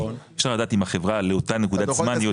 אי אפשר לדעת אם החברה לאותה נקודת זמן היא יודעת.